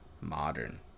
modern